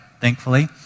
thankfully